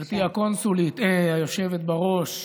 גברתי הקונסולית, אה, היושבת בראש,